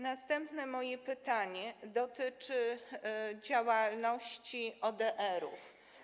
Następne moje pytanie dotyczy działalności ODR-ów.